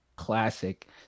classic